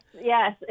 yes